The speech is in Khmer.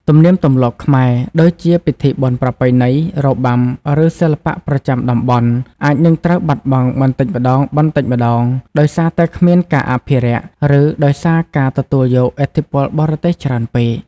ទំនៀមទម្លាប់ខ្មែរ ដូចជាពិធីបុណ្យប្រពៃណី របាំ ឬសិល្បៈប្រចាំតំបន់ អាចនឹងត្រូវបាត់បង់បន្តិចម្តងៗ ដោយសារតែគ្មានការអភិរក្ស ឬដោយសារការទទួលយកឥទ្ធិពលបរទេសច្រើនពេក។